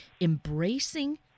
Embracing